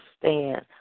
stand